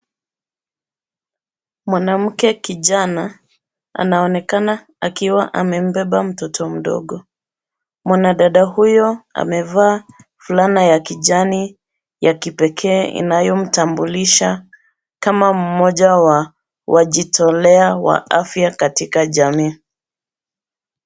Mwanamke kijana, anaonekana, akiwa amembeba mtoto mdogo. Mwanadada huyo amevaa, fulana ya kijani, ya kipekee inayomtambulisha, kama mmoja wa, wajitolea wa afya katika jamii.